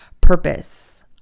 purpose